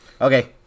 Okay